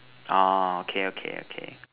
orh okay okay okay